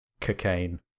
cocaine